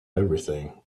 everything